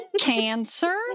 cancer